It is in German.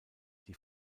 die